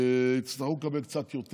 יצטרכו לקבל קצת יותר.